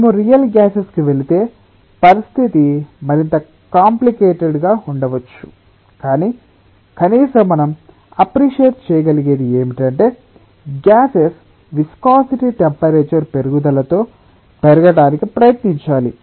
మేము real gases కి వెళితే పరిస్థితి మరింత కాంప్లికేట్ గా ఉండవచ్చు కాని కనీసం మనం అప్ప్రిసియేట్ చేయగలిగేది ఏమిటంటే గ్యాసెస్ విస్కాసిటి టెంపరేచర్ పెరుగుదలతో పెరగడానికి ప్రయత్నించాలి